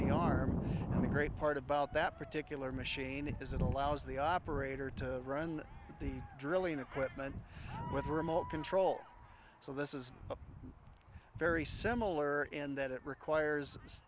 the arm of the great part about that particular machine is it allows the operator to run the drilling equipment with remote control so this is very similar in that it requires